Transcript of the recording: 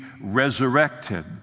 resurrected